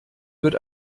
wird